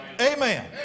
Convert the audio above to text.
Amen